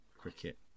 cricket